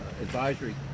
advisory